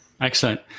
Excellent